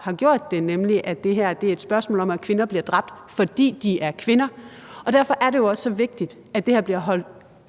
har gjort, nemlig at det her er et spørgsmål om, at kvinder bliver dræbt, fordi de er kvinder. Og derfor er det jo også så vigtigt, at det her bliver